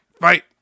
fight